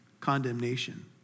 Condemnation